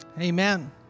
Amen